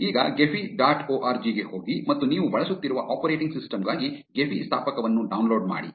ಈಗ Gephi dot org ಗೆ ಹೋಗಿ ಮತ್ತು ನೀವು ಬಳಸುತ್ತಿರುವ ಆಪರೇಟಿಂಗ್ ಸಿಸ್ಟಮ್ಗಾಗಿ ಗೆಫಿ ಸ್ಥಾಪಕವನ್ನು ಡೌನ್ಲೋಡ್ ಮಾಡಿ